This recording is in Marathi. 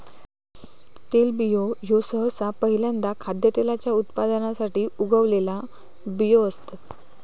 तेलबियो ह्यो सहसा पहील्यांदा खाद्यतेलाच्या उत्पादनासाठी उगवलेला बियो असतत